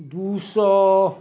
दुइ सओ